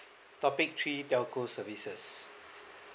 topic three telco services